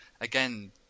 again